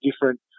different